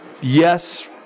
yes